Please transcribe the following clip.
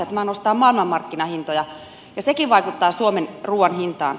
tämä nostaa maailmanmarkkinahintoja ja sekin vaikuttaa suomen ruuan hintaan